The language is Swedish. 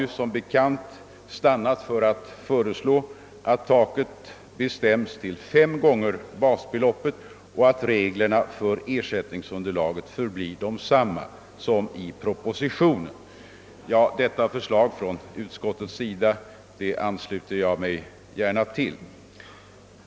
Utskottet har stannat för att föreslå att taket bestäms till fem gånger basbeloppet och att reglerna för ersättningsunderlaget förblir desamma som i propositionen. Jag ansluter mig gärna till detta förslag från utskottets sida.